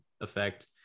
effect